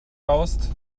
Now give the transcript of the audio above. baust